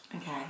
Okay